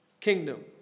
kingdom